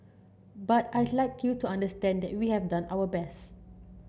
but I'd like you to understand that we have done our best